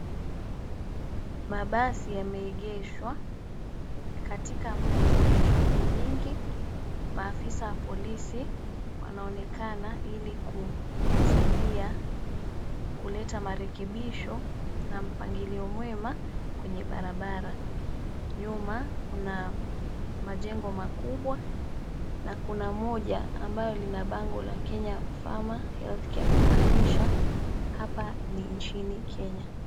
Mabasi yameegeshwa katika mji mwenye shughuli nyingi. Maafisa wa polisi wanaonekana ili kusaidia kuleta marekebisho na mpangilio mwema kwenye barabara. Nyuma kuna majengo makubwa na kuna moja ambalo lina bango la Kenya Farmer Healthcare kumaanisha hapa ni nchini Kenya.